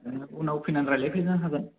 उनाव फैनानै रायज्लायफैनो हागोन